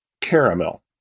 Caramel